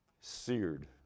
Seared